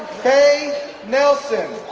faye nelson